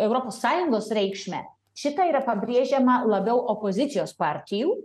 europos sąjungos reikšmę šitą yra pabrėžiama labiau opozicijos partijų